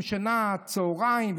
עם שנת צוהריים,